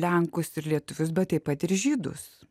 lenkus ir lietuvius bet taip pat ir žydus